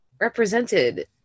represented